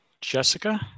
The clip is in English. Jessica